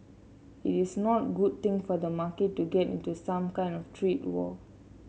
it is not a good thing for the market to get into some kind of trade war